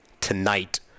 tonight